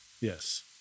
Yes